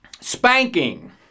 Spanking